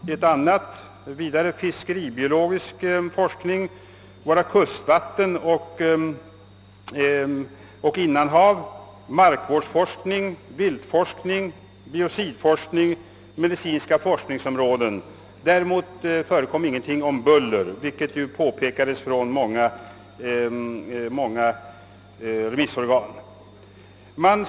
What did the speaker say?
Vidare talas om fiskeribiologisk forskning, våra kustvatten och innanhav, markvårdsforskning, viltforskning, biocidforskning och medicinska forskningsområden. Däremot finns inget om buller, vilket påpekades av många remissorgan.